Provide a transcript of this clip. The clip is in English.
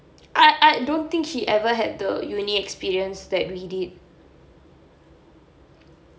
I I don't think he ever had the university experience that we did